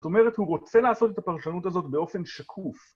זאת אומרת, הוא רוצה לעשות את הפרשנות הזאת באופן שקוף.